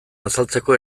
azaltzeko